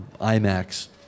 IMAX